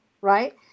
right